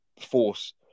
force